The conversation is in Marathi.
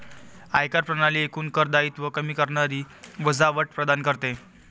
आयकर प्रणाली एकूण कर दायित्व कमी करणारी वजावट प्रदान करते